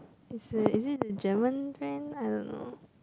is it is it German brand I don't know